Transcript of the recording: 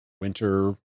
winter